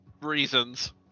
reasons